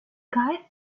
guy